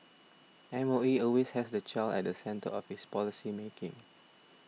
M O E always has the child at the centre of its policy making